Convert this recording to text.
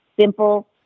simple